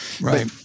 right